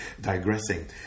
digressing